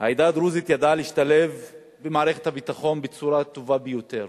העדה הדרוזית ידעה להשתלב במערכת הביטחון בצורה טובה ביותר,